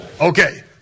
Okay